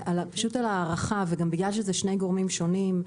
על ההארכה, ובגלל שאלה שני גורמים שונים.